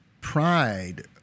pride